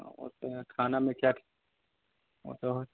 हँ वह तो है खाने में क्या वह तो है